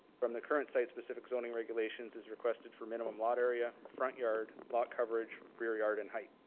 from the current site specific zoning regulations is requested for minimum lot area, front yard, lot coverage, rear yard and height.